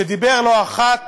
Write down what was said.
שדיבר לא אחת